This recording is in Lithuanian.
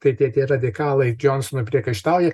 tai kai tie radikalai džonsonui priekaištauja